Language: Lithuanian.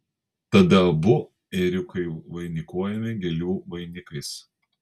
tada abu ėriukai vainikuojami gėlių vainikais